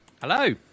hello